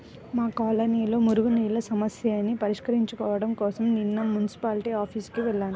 మా కాలనీలో మురుగునీళ్ళ సమస్యని పరిష్కరించుకోడం కోసరం నిన్న మున్సిపాల్టీ ఆఫీసుకి వెళ్లాను